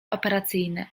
operacyjne